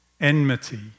Enmity